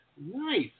Nice